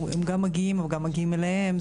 הם גם מגיעים אבל גם מגיעים אליהם.